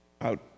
out